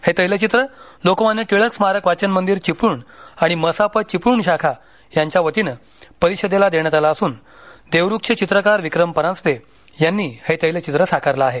हे तैलचित्र लोकमान्य टिळक स्मारक वाचन मंदिर चिपळूण आणि मसाप चिपळूण शाखा यांच्या वतीनं परिषदेला देण्यात आलं असुन देवरूखचे चित्रकार विक्रम परांजपे यांनी हे तैलचित्र साकारलं आहे